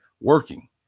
working